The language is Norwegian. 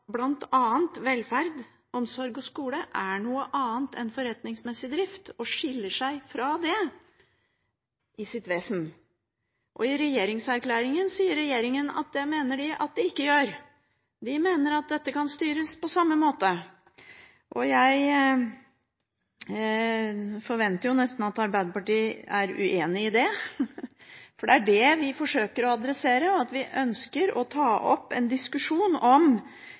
velferd, omsorg og skole er noe annet enn forretningsmessig drift, og skiller seg fra det i sitt vesen. I regjeringserklæringen sier regjeringen at det mener den at det ikke gjør, den mener at dette kan styres på samme måte. Jeg forventer nesten at Arbeiderpartiet er uenig i det. For det vi forsøker å adressere, at vi ønsker å ta opp en diskusjon om